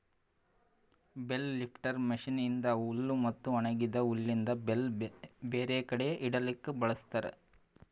bale lifter machine ಇಂದಾ ಹುಲ್ ಮತ್ತ ಒಣಗಿದ ಹುಲ್ಲಿಂದ್ ಬೇಲ್ ಬೇರೆ ಕಡಿ ಇಡಲುಕ್ ಬಳ್ಸತಾರ್